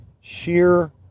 sheer